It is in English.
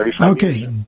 Okay